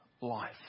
life